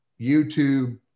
YouTube